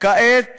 כעת